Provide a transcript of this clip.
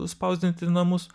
spausdinti namus